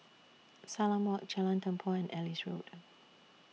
Salam Walk Jalan Tempua and Ellis Road